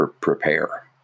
prepare